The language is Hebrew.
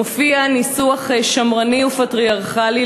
מופיע ניסוח שמרני ופטריארכלי,